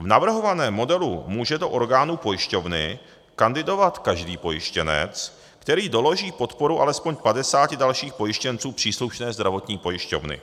V navrhovaném modelu může do orgánu pojišťovny kandidovat každý pojištěnec, který doloží podporu alespoň 50 dalších pojištěnců příslušné zdravotní pojišťovny.